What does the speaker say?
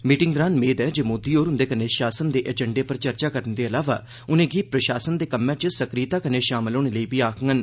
meeting दौरान मेद ऐ जे मोदी होर उन्दे कन्नै शासन दे एजेंडे पर चर्चा करने दे इलावा उर्नेगी प्रशासन दे कम्मै च सक्रियता कन्नै शामल होने लेई आक्खगंन